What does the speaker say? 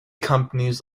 companies